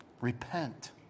Repent